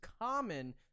common